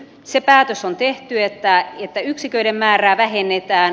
se päätös on tehty että yksiköiden määrää vähennetään